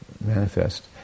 manifest